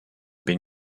bin